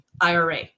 IRA